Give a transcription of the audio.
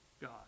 God